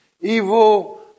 Evil